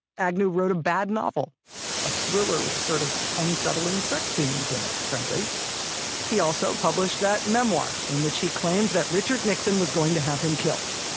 agnew wrote a bad novel a thriller with sort of unsettling sex scenes in it, frankly he also published that memoir in which he claimed that richard nixon was going to have him killed.